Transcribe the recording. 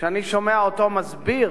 כשאני שומע אותו מסביר